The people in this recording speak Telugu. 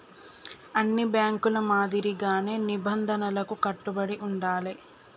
అన్ని బ్యేంకుల మాదిరిగానే నిబంధనలకు కట్టుబడి ఉండాలే